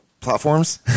platforms